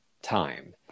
Time